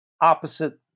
opposite